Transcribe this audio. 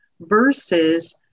versus